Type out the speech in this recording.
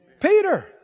Peter